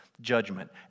judgment